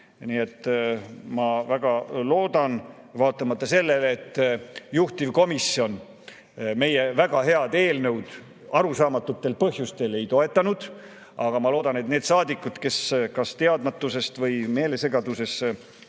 Ma väga loodan – vaatamata sellele, et juhtivkomisjon meie väga head eelnõu arusaamatutel põhjustel ei toetanud –, et need saadikud, kes kas teadmatusest või meeltesegaduses hääletasid